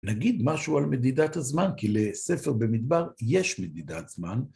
נגיד משהו על מדידת הזמן, כי לספר במדבר יש מדידת זמן.